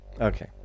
Okay